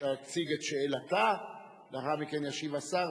תציג את שאלתה ולאחר מכן ישיב השר,